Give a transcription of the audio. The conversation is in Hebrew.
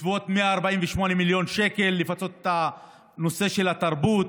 בסביבות 148 מיליון שקל לפצות בנושא של התרבות.